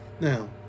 now